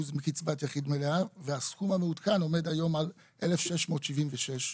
מקצבת יחיד מלאה והסכום המעודכן עומד היום על 1,676 שקלים.